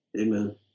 amen